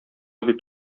бит